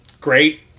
great